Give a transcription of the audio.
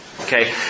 Okay